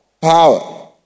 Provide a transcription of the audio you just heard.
power